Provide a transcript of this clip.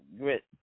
grit